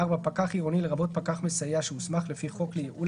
פקח עירוני לרבות פקח מסייע שהוסמך לפי חוק לייעול